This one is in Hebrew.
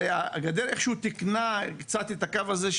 אז הגדר איכשהו תיקנה קצת את הקו הזה,